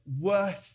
worth